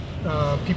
people